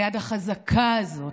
היד החזקה הזאת,